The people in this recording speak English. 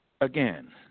Again